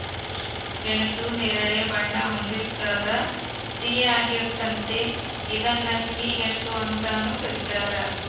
ಗೆಣಸು ನೇರಳೆ ಬಣ್ಣ ಹೊಂದಿರ್ತದ ಸಿಹಿಯಾಗಿರ್ತತೆ ಇದನ್ನ ಸಿಹಿ ಗೆಣಸು ಅಂತಾನೂ ಕರೀತಾರ